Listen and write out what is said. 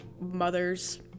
mothers